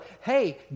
hey